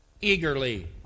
eagerly